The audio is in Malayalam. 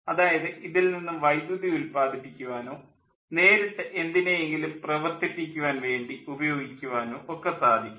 അതായത് ഇതിൽ നിന്നും വൈദ്യുതി ഉല്പാദിപ്പിക്കുവാനോ നേരിട്ട് എന്തിനെയെങ്കിലും പ്രവർത്തിപ്പിക്കുവാൻ വേണ്ടി ഉപയോഗിക്കുവാനോ ഒക്കെ സാധിക്കും